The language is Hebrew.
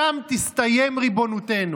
שם תסתיים ריבונותנו.